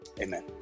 Amen